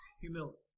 humility